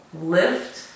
lift